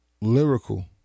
lyrical